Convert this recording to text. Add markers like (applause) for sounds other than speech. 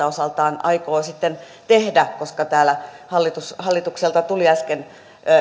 (unintelligible) osaltaan aikoo sitten tehdä koska täällä hallitukselta tuli äsken